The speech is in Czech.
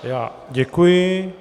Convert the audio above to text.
Já děkuji.